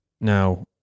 Now